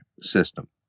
system